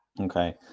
Okay